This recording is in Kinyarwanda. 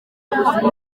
nyandiko